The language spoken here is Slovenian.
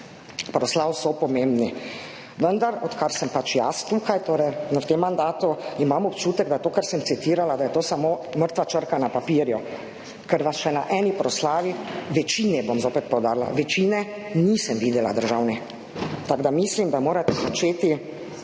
proslav so pomembni, vendar odkar sem pač jaz tukaj, torej v tem mandatu, imam občutek, da je to, kar sem citirala, samo mrtva črka na papirju, ker vas še na eni proslavi, večine, bom zopet poudarila, večine nisem videla, državni. Tako da mislim, da morate začeti